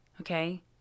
Okay